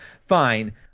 Fine